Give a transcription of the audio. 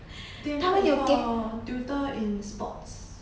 tutor in sports